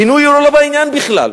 עינוי הוא לא בעניין בכלל.